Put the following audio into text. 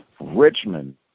Richmond